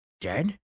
dead